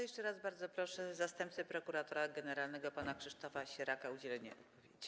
Jeszcze raz bardzo proszę zastępcę prokuratora generalnego pana Krzysztofa Sieraka o udzielenie odpowiedzi.